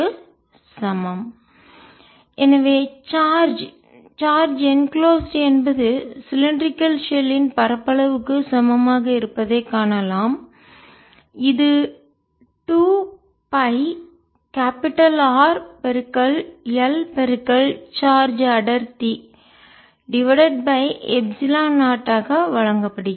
2πrL 2πRLσ0E Rσ0r எனவே charge charge enclosed மூடப்பட்ட என்பது சிலிண்டரிகள் ஷெல்லின் உருளை கலத்தின் பரப்பளவுக்கு சமமாக இருப்பதைக் காணலாம் இது 2 pi capital R L charge அடர்த்தி டிவைடட் பை எப்சிலன் 0 ஆக வழங்கப்படுகிறது